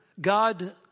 God